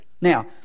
Now